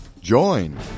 Join